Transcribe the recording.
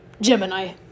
Gemini